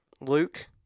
Luke